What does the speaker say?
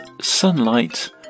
sunlight